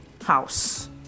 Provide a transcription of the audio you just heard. house